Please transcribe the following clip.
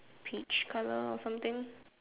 peach colour or something